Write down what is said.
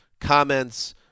comments